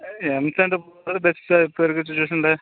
ஆ M sand போடுறது best sir இப்போ இருக்கிற சிட்டுவேஷனில்